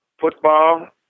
Football